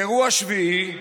אירוע שביעי,